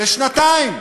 לשנתיים,